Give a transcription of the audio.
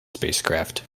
spacecraft